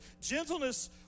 gentleness